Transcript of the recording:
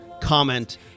comment